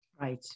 Right